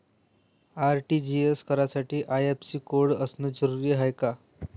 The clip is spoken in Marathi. आर.टी.जी.एस करासाठी आय.एफ.एस.सी कोड असनं जरुरीच हाय का?